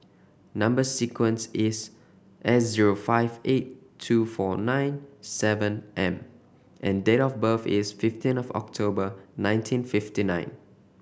number sequence is S zero five eight two four nine seven M and date of birth is fifteen of October nineteen fifty nine